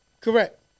Correct